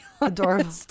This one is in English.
Adorable